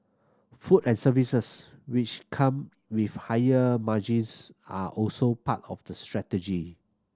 food and services which come with higher margins are also part of the strategy